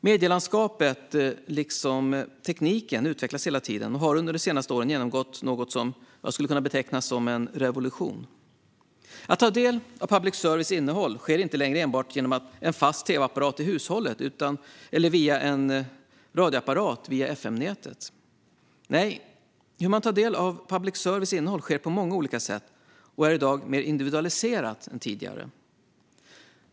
Medielandskapet liksom tekniken utvecklas hela tiden och har under de senaste åren genomgått något som skulle kunna betecknas som en revolution. Att ta del av public services innehåll sker inte längre enbart via en fast tv-apparat i hushållet eller en radioapparat via FM-nätet. Nej, i dag tar man del av public service på många olika sätt och mer individualiserat än tidigare.